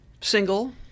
Single